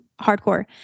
Hardcore